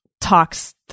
talks